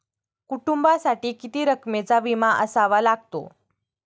कुटुंबासाठी किती रकमेचा विमा असावा लागतो?